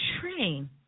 train